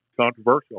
controversial